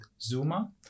Zuma